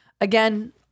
again